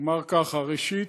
אומר ככה: ראשית,